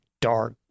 dark